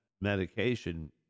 medication